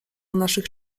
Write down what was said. naszych